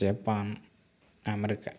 Japan America